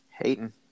Hating